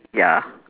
ya